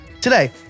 Today